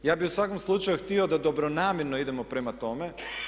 Ja bih u svakom slučaju htio da dobronamjerno idemo prema tome.